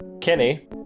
Kenny